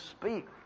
speak